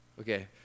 Okay